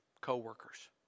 co-workers